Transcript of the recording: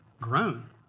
grown